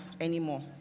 anymore